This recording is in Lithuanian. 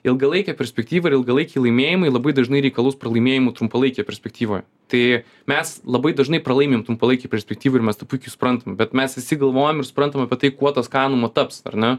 ilgalaikė perspektyva ir ilgalaikiai laimėjimai labai dažnai reikalus pralaimėjimų trumpalaikėje perspektyvoje tai mes labai dažnai pralaimim trumpalaikėj perspektyvoj ir mes tą puikiai suprantam bet mes visi galvojam ir suprantam apie tai kuo tas kanumo taps ne